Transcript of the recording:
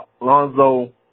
Lonzo